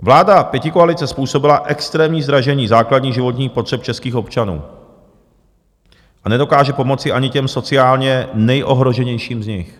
Vláda pětikoalice způsobila extrémní zdražení základních životních potřeb českých občanů a nedokáže pomoci ani těm sociálně nejohroženějším z nich.